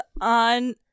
on